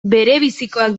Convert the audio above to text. berebizikoak